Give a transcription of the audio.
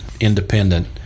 independent